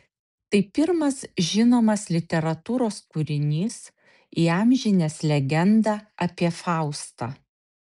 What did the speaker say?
tai pirmas žinomas literatūros kūrinys įamžinęs legendą apie faustą